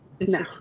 No